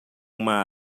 uma